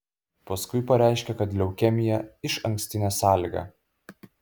paskui pareiškė kad leukemija išankstinė sąlyga